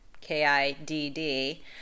k-i-d-d